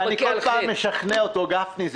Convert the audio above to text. ואני כל פעם משכנע אותו: גפני,